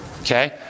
Okay